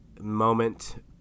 moment